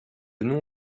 nom